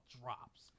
drops